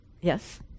Yes